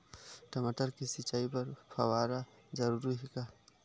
टमाटर के सिंचाई बर फव्वारा जरूरी हे का?